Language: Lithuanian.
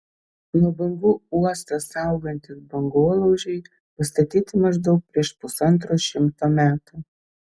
nuo bangų uostą saugantys bangolaužiai pastatyti maždaug prieš pusantro šimto metų